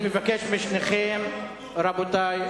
רבותי,